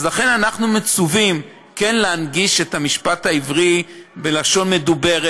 אז לכן אנחנו מצווים כן להנגיש את המשפט העברי בלשון מדוברת,